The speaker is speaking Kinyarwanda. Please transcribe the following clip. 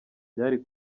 byari